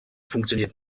funktioniert